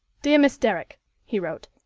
dear miss derrick he wrote,